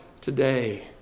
today